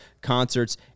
concerts